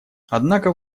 однако